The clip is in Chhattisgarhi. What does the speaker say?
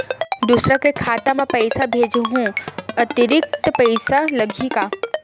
दूसरा के खाता म पईसा भेजहूँ अतिरिक्त पईसा लगही का?